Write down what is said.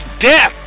death